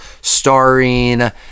starring